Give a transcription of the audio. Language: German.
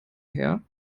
her